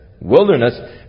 wilderness